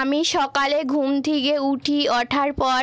আমি সকালে ঘুম থেকে উঠি ওঠার পর